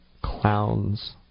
clowns